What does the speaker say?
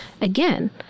again